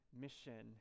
mission